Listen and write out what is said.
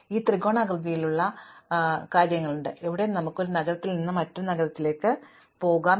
ഞങ്ങൾക്ക് ഈ ത്രികോണാകൃതിയിലുള്ള കാര്യങ്ങളുണ്ട് അവിടെ നമുക്ക് ഒരു നഗരത്തിൽ നിന്ന് മറ്റൊന്നിലേക്ക് പോകാം